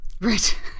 Right